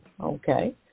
Okay